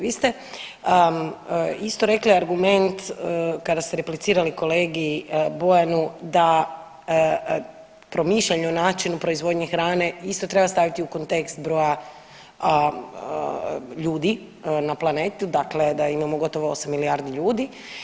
Vi ste isto rekli argument kada ste replicirali kolegi Bojanu da promišljanje o načinu proizvodnje hrane isto treba staviti u kontekst broja ljudi na planetu, dakle da imamo gotovo 8 milijardi ljudi.